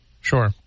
Sure